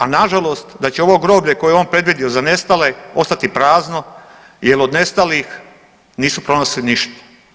A na žalost da će ovo groblje koje je on predvidio za nestale ostati prazno, jer od nestalih nisu pronašli ništa.